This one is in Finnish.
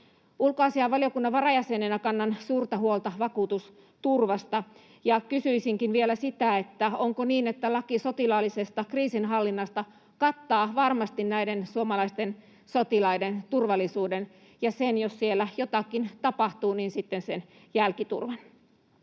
Ulkoasianvaliokunnan varajäsenenä kannan suurta huolta vakuutusturvasta, ja kysyisinkin vielä: onko niin, että laki sotilaallisesta kriisinhallinnasta kattaa varmasti näiden suomalaisten sotilaiden turvallisuuden ja jälkiturvan sitten, jos siellä jotakin tapahtuu? Suomi antaa